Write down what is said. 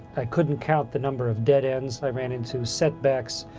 i couldn't count the number of dead ends i ran into, setbacks,